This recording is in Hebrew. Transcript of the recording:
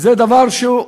זה דבר שהוא,